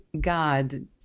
God